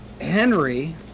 Henry